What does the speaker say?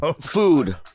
Food